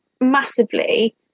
massively